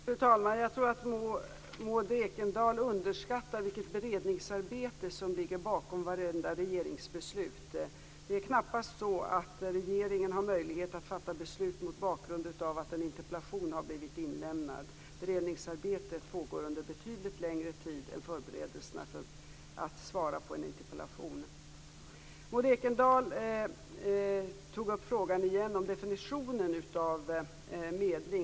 Fru talman! Jag tror att Maud Ekendahl underskattar det beredningsarbete som ligger bakom vartenda regeringsbeslut. Det är knappast så att regeringen har möjlighet att fatta beslut mot bakgrund av att en interpellation har blivit inlämnad. Beredningsarbetet pågår under betydligt längre tid än vad förberedelserna för att besvara en interpellation kräver. Maud Ekendahl tog återigen upp frågan om definitionen av medling.